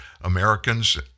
Americans